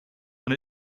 and